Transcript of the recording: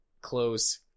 Close